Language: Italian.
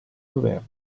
governo